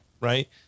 right